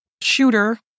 shooter